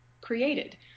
created